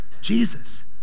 Jesus